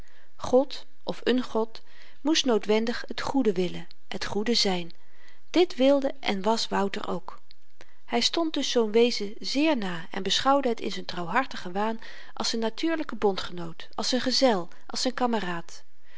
god of n god moest noodwendig het goede willen het goede zyn dit wilde en was wouter ook hy stond dus zoo'n wezen zeer na en beschouwde het in z'n trouwhartigen waan als z'n natuurlyken bondgenoot als z'n gezel als z'n kameraad